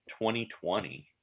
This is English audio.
2020